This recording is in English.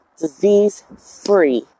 disease-free